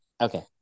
Okay